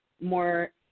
more